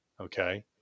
Okay